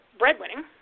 breadwinning